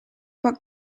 what